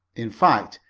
in fact,